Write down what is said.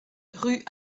rue